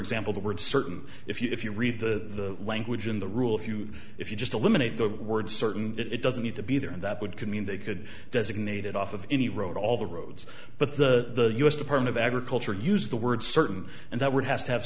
example the word certain if you read the language in the rule if you if you just eliminate the word certain it doesn't need to be there and that would could mean they could designate it off of any road all the roads but the u s department of agriculture use the word certain and that word has to have